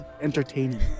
entertaining